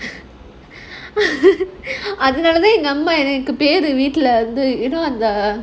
அக்கா:akka you know நம்ம பெரு எனக்கு வீட்ல வந்து ஏதோ இந்த:namma peru enakku veetla vandhu edho indha